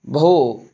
बहु